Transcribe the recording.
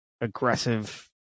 aggressive